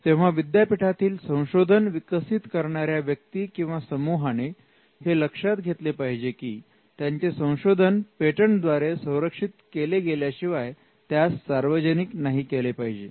तेव्हा विद्यापीठातील संशोधन विकसित करणाऱ्या व्यक्ती किंवा समूहाने हे लक्षात घेतले पाहिजे जे की त्यांचे संशोधन पेटंट द्वारे संरक्षित केले गेल्याशिवाय त्यास सार्वजनिक नाही केले पाहिजे